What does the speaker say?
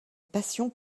passion